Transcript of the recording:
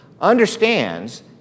understands